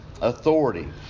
authority